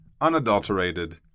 unadulterated